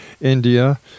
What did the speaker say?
India